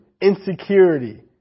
insecurity